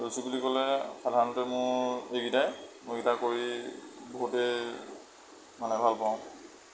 ৰুচি বুলি ক'লে সাধাৰণতে মোৰ এইকেইটাই মই এইকেইটা কৰি বহুতেই মানে ভাল পাওঁ